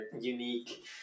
unique